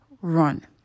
Run